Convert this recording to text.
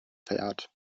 verehrt